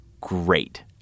great